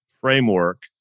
framework